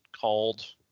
called